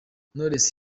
knowless